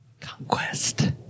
conquest